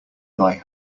thy